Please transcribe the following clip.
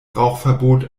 rauchverbot